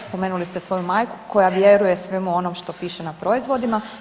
Spomenuli ste svoju majku koja vjeruje svemu onom što piše na proizvoda.